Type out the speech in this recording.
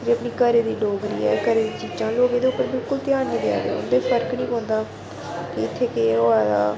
एह् अपनी घरै दी डोगरी ऐ घरै दियां चीज़ा लोक एह्दे उप्पर बिलकुल ध्यान नी देयै दे फर्क नी पौंदा कि इत्थें केह् होआ दा